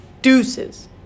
Deuces